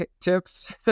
tips